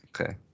Okay